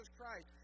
Christ